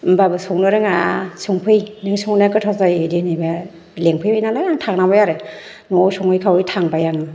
होमबाबो संनो रोङा संफै नों संनाया गोथाव जायो बिदि होनहैबाय आरो लिंफैबाय नालाय आं थांनांबाय आरो न'आव सङै खावै थांबाय आङो